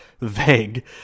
vague